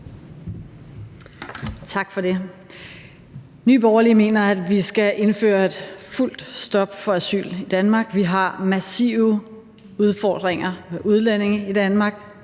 Tak for det. Nye Borgerlige mener, at vi skal indføre et fuldt stop for asyl i Danmark. Vi har massive udfordringer med udlændinge i Danmark,